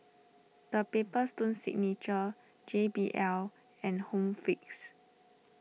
the Paper Stone Signature J B L and Home Fix